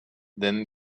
then